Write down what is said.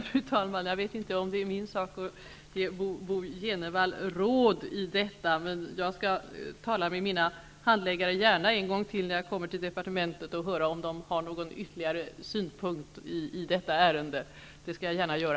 Fru talman! Jag vet inte om det är min sak att ge Bo Jenevall råd om detta, men jag skall när jag kommer till departementet gärna tala med mina handläggare en gång till och höra om de har några ytterligare synpunkter i detta ärende. Det skall jag gärna göra.